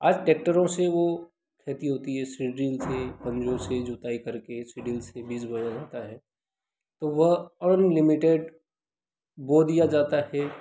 आज टेक्टरों से वो खेती होती है सीड ड्रिल से पंजों से जोताई करके सी ड्रिल से बीज बोया जाता है तो वह अनलिमिटेड बो दिया जाता है